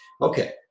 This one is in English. Okay